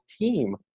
team